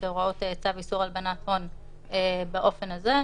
הוראות צו איסור הלבנת הון באופן הזה.